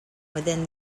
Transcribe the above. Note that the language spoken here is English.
within